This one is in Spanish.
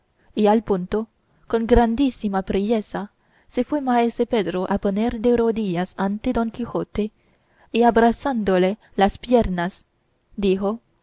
y al punto con grandísima priesa se fue maese pedro a poner de rodillas ante don quijote y abrazándole las piernas dijo